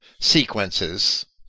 sequences